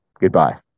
Goodbye